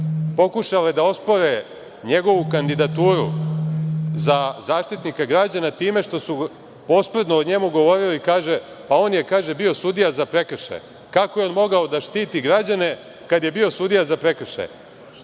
pokušale da ospore njegovu kandidaturu za Zaštitnika građana time što su posprdno o njemu govorili, kaže – pa on je, kaže, bio sudija za prekršaje, kako je on mogao da štiti građane kada je bio sudija za prekršaje?